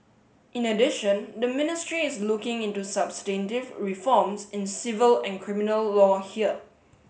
in addition the ministry is looking into substantive reforms in civil and criminal law here